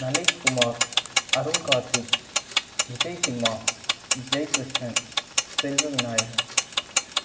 Nalish Kumar Arun Karthik Vijay Simha Jai Krishnan Selva Vinayagam